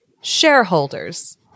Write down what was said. shareholders